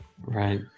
right